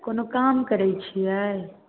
कोनो काम करै छियै